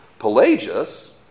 Pelagius